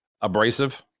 abrasive